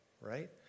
right